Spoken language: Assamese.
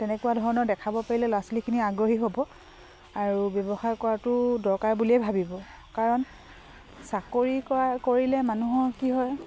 তেনেকুৱা ধৰণৰ দেখাব পাৰিলে ল'ৰা ছোৱালীখিনি আগ্ৰহী হ'ব আৰু ব্যৱসায় কৰাটো দৰকাৰ বুলিয়েই ভাবিব কাৰণ চাকৰি কৰা কৰিলে মানুহৰ কি হয়